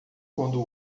quando